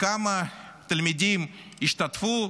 כמה תלמידים ישתתפו?